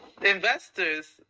investors